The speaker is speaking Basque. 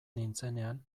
nintzenean